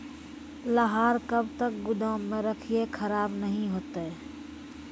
लहार कब तक गुदाम मे रखिए खराब नहीं होता?